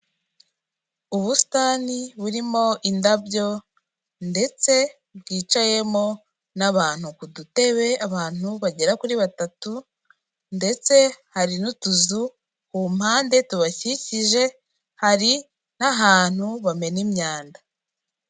Ubusitani burimo indabyo ndetse bwicayemo n'abantu ku dutebe abantu bagera kuri batatu, ndetse hari n'utuzu ku mpande tubakikije, hari n'ahantu bamena imyanda.